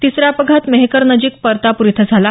तिसरा अपघात मेहकर नजीक परतापूर इथं झाला